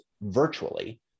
virtually